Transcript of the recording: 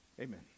Amen